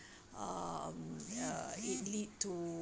um ya it lead to~